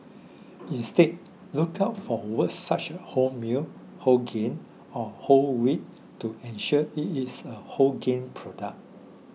instead look out for words such as wholemeal whole grain or whole wheat to ensure it is a wholegrain product